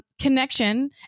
Connection